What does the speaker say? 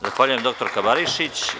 Zahvaljujem, dr Barišić.